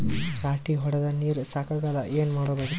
ರಾಟಿ ಹೊಡದ ನೀರ ಸಾಕಾಗಲ್ಲ ಏನ ಮಾಡ್ಲಿ?